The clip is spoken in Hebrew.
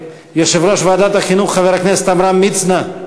יושב-ראש ועדת החינוך חבר הכנסת עמרם מצנע,